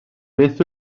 beth